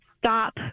stop